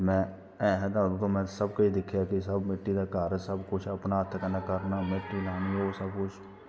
में ऐ हा अदूं तां में सब किश दिक्खेआ सब मिट्टी दा घर सब कुछ अपना हत्थ कन्नै करना मिट्टी लानी होर सब कुछ